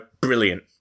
brilliant